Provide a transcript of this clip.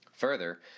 Further